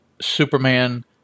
Superman